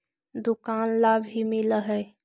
दुकान ला भी मिलहै?